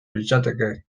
litzateke